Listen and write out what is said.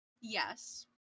Yes